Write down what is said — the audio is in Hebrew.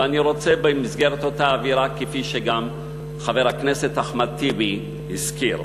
ואני רוצה במסגרת אותה אווירה כפי שגם חבר הכנסת אחמד טיבי הזכיר,